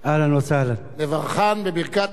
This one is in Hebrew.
נברכן בברכת אהלן וסהלן.